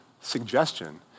suggestion